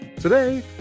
Today